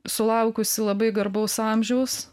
sulaukusi labai garbaus amžiaus